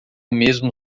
mesmo